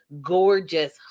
gorgeous